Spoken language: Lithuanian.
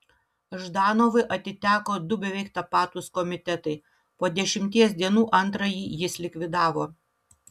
ždanovui atiteko du beveik tapatūs komitetai po dešimties dienų antrąjį jis likvidavo